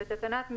אם